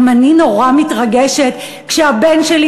גם אני נורא מתרגשת כשהבן שלי,